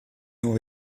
nur